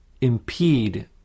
impede